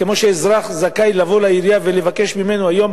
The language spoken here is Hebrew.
כמו שאזרח זכאי לבוא לעירייה ולבקש ממנה היום